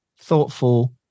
thoughtful